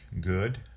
good